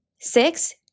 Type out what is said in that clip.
Six